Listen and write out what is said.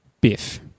Biff